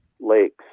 lakes